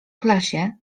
klasie